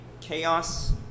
chaos